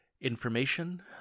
information